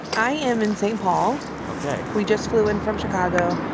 i am in st. paul ok we just flew in from chicago.